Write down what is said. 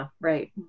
Right